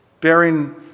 bearing